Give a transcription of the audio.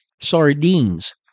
sardines